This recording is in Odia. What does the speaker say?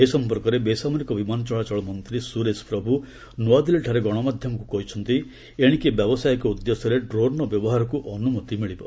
ଏ ସଂପର୍କରେ ବେସାମରିକ ବିମାନ ଚଳାଚଳ ମନ୍ତ୍ରୀ ସୁରେଶ ପ୍ରଭୁ ନୂଆଦିଲ୍ଲୀଠାରେ ଗଣମାଧ୍ୟମକୁ କହିଛନ୍ତି ଯେ ଏଣିକି ବ୍ୟବସାୟିକ ଉଦ୍ଦେଶ୍ୟରେ ଡ୍ରୋନ୍ର ବ୍ୟବହାରକୁ ଅନୁମତି ମିଳିବ